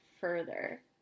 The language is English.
further